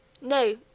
No